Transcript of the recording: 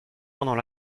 pendant